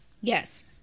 Yes